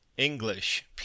English